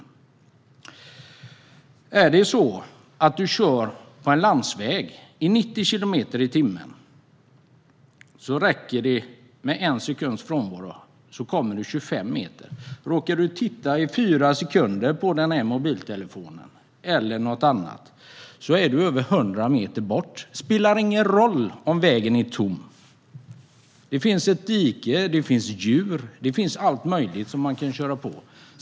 Kör du på en landsväg i 90 kilometer per timme räcker det med en sekunds frånvaro för att du ska komma 25 meter. Råkar du titta på mobiltelefonen eller något annat i 4 sekunder kommer du över 100 meter. Det spelar ingen roll om vägen är tom. Det finns ett dike, det finns djur, det finns allt möjligt man kan köra på.